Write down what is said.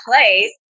place